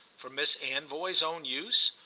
for miss anvoy's own use?